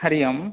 Hari Om